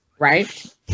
right